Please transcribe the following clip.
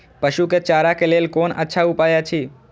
पशु के चारा के लेल कोन अच्छा उपाय अछि?